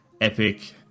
epic